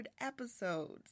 episodes